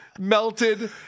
melted